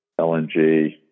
LNG